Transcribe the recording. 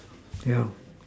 yeah